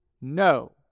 No